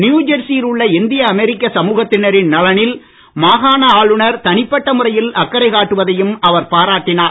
நியுஜெர்சியில் உள்ள இந்திய அமெரிக்க சமூகத்தினரின் நலனில் மாகாண ஆளுநர் தனிப்பட்ட முறையில் அக்கறை காட்டுவதையும் அவர் பாராட்டினார்